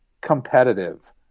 competitive